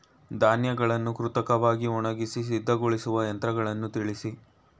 ಧಾನ್ಯಗಳನ್ನು ಕೃತಕವಾಗಿ ಒಣಗಿಸಿ ಸಿದ್ದಗೊಳಿಸುವ ಯಂತ್ರಗಳನ್ನು ತಿಳಿಸಿ?